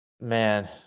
Man